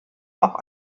auch